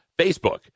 Facebook